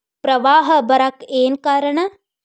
ಪ್ರವಾಹ ಬರಾಕ್ ಏನ್ ಕಾರಣ?